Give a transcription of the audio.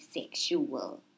sexual